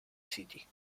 city